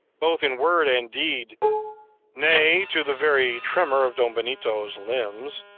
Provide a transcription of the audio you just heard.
both in word and deed, nay, to the very tremor of don benito's limbs,